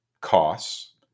costs